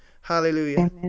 Hallelujah